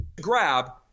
grab